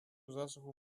засуху